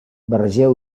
barregeu